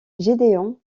gédéon